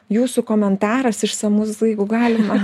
jūsų komentaras išsamus jeigu galima